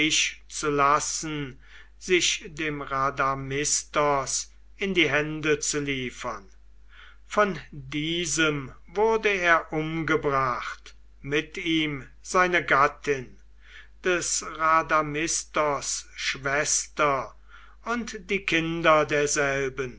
zu lassen sich dem rhadamistos in die hände zu liefern von diesem wurde er umgebracht mit ihm seine gattin des rhadamistos schwester und die kinder derselben